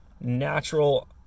natural